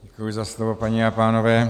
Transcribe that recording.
Děkuji za slovo, paní a pánové.